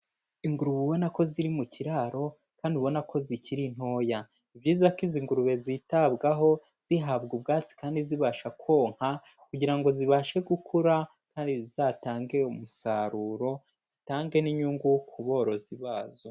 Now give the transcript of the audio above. Ingurube ubona na ko ziri mu kiraro kandi ubona ko zikiri ntoya, ni byiza ko izi ngurube zitabwaho zihabwa ubwatsi kandi zibasha konka kugira ngo zibashe gukura, maze zizatange umusaruro zitange n'inyungu ku borozi bazo.